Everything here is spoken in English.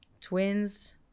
Twins